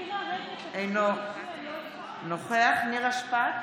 אינו נוכח נירה שפק,